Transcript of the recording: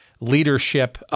leadership